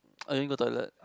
I need go toilet